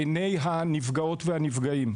בעיני הנפגעות והנפגעים.